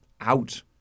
out